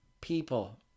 people